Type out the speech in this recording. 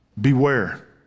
Beware